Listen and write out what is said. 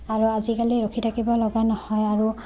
আৰু আজিকালি ৰখি থাকিব লগা নহয় আৰু